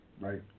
right